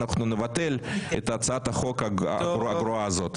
אנחנו נבטל את הצעת החוק הגרועה הזאת.